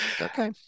Okay